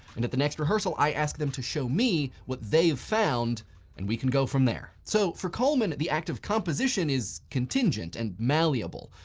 and at the next rehearsal i ask them to show me what they've found and we can go from there. so for coleman, the active composition is contingent and malleable.